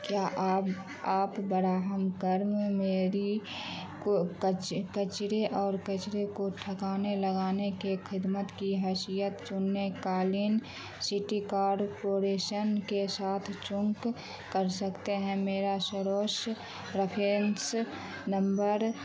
کیا آپ آپ بڑا ہم کرم میری کچرے اور کچرے کو ٹھکانے لگانے کے خدمت کی حیثیت چننے قالین سٹی کارپوریشن کے ساتھ چنک کر سکتے ہیں میرا شروش رفرینس نمبر